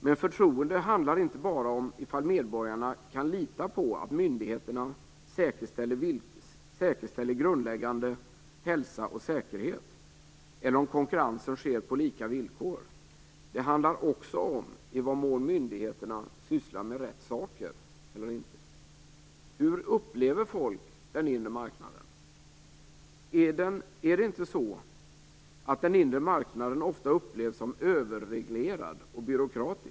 Men förtroende handlar inte bara om ifall medborgarna kan lita på att myndigheterna säkerställer grundläggande hälsa och säkerhet eller om konkurrensen sker på lika villkor. Det handlar också om i vad mån myndigheterna sysslar med rätt saker eller inte. Hur upplever folk den inre marknaden? Är det inte så att den inre marknaden ofta upplevs som överreglerad och byråkratisk?